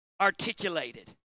articulated